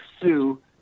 sue